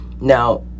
Now